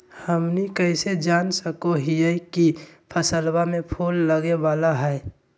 हमनी कइसे जान सको हीयइ की फसलबा में फूल लगे वाला हइ?